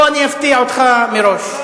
בוא אני אפתיע אותך מראש.